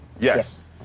Yes